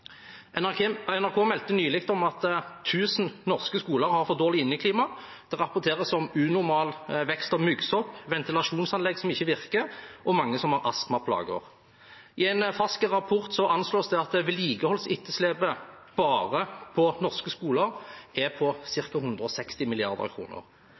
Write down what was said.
NRK meldte nylig at tusen norske skoler har for dårlig inneklima. Det rapporteres om unormal vekst av muggsopp, ventilasjonsanlegg som ikke virker, og mange som har astmaplager. I en fersk rapport anslås det at vedlikeholdsetterslepet bare på norske skoler er på